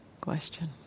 question